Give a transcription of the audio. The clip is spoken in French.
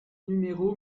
numéro